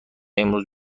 امروز